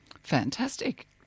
Fantastic